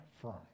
firm